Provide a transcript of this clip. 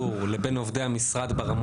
אני רוצה לחזור ולומר לגבי משרד הרווחה